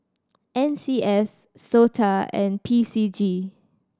N C S SOTA and P C G